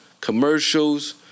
commercials